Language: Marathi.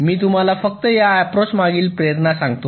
मी तुम्हाला फक्त या अप्रोच मागील प्रेरणा सांगतो